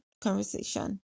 conversation